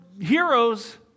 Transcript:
heroes